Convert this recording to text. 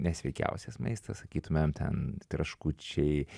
nesveikiausias maistas sakytumėm ten traškučiai